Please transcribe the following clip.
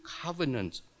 covenant